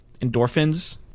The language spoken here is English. endorphins